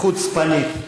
חוצפנית.